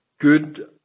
good